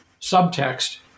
subtext